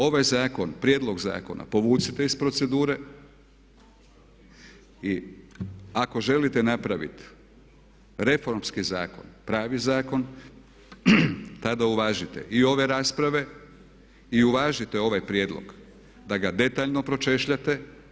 Ovaj prijedlog zakona povucite iz procedure i ako želite napraviti reformski zakon, pravi zakon, tada uvažite i ove rasprave i uvažite ovaj prijedlog da ga detaljno pročešljate.